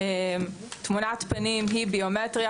תמונת פנים היא ביומטריה,